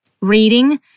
Reading